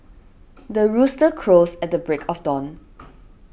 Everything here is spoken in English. the rooster crows at the break of dawn